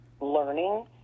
learning